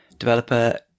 Developer